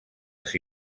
els